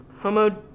homo